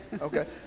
Okay